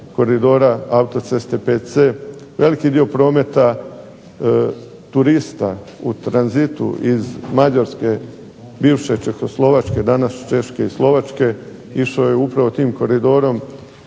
koridora autoceste VC, veliki dio prometa turista u tranzitu iz Mađarske, bivše Čehoslovačke, danas Češke i Slovačke, išao je upravo tim koridorom